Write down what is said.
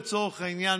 לצורך העניין,